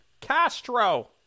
Castro